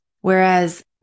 whereas